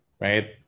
right